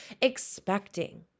expecting